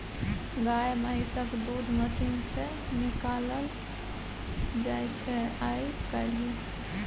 गाए महिषक दूध मशीन सँ निकालल जाइ छै आइ काल्हि